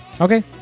Okay